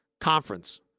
conference